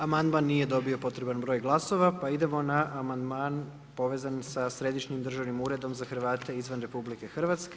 Amandman nije dobio potreban broj glasova, pa idemo na amandman povezan sa Središnjim državnim uredom za Hrvate izvan RH.